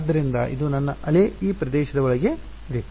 ಆದ್ದರಿಂದ ಇದು ನನ್ನ ಅಲೆ ಈ ಪ್ರದೇಶದ ಒಳಗೆ ಇದೆ